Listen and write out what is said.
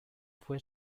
fue